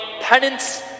penance